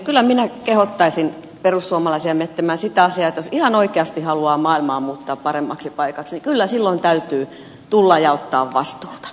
kyllä minä kehottaisin perussuomalaisia miettimään sitä asiaa että jos ihan oikeasti haluaa maailmaa muuttaa paremmaksi paikaksi niin kyllä silloin täytyy tulla ja ottaa vastuuta